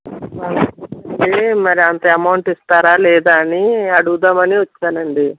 అదీ మరి అంత ఎమౌంట్ ఇస్తారా లేదా అని అడుగుదామని వచ్చానండి